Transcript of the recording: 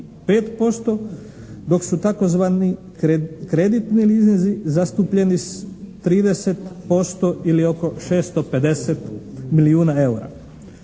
35%, dok su tzv. kreditni leasinzi zastupljeni s 30% ili oko 650 milijuna EUR-a.